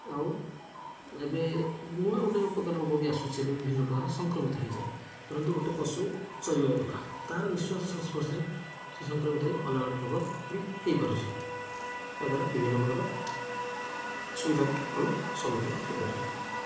ଆଉ ଏବେ ନୂଆ ଗୋଟେ ପ୍ରକାର ରୋଗ ବି ଆସୁଛି ଏବେ ବିଭିନ୍ନ ପ୍ରକାର ସଂକ୍ରମିତ ହେଇଯାଏ ଧରନ୍ତୁ ଗୋଟେ ପଶୁ ଚରିବାକୁ ଗଲା ତାର ନିଶ୍ୱାସ ସଂସ୍ପର୍ଶରେ ସେ ସଂକ୍ରମିତ ହୋଇ ଅଲଗା ଗୋଟେ ରୋଗ ବି ହେଇପାରୁଛି ଏହାଦ୍ୱାରା ବିଭିନ୍ନ ପ୍ରକାର ଅସୁବିଧା ବି ଆମେ ସମ୍ମୁଖୀନ ହେଇପାରୁଛେ